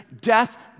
death